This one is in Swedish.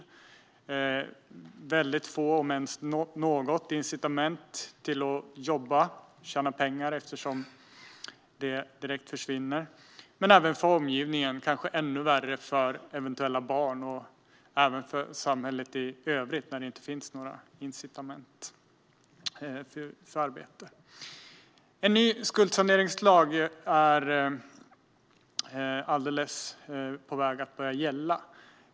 Det finns väldigt få, om ens några, incitament till att jobba och tjäna pengar eftersom de försvinner direkt. Det får även konsekvenser för omgivningen - värst är det kanske för eventuella barn - men även för samhället i övrigt när det inte finns några incitament för arbete. En ny skuldsaneringslag är på väg att börja gälla.